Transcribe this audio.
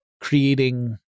creating